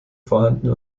vorhanden